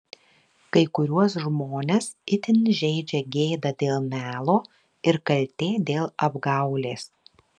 kai kuriuos žmones itin žeidžia gėda dėl melo ir kaltė dėl apgaulės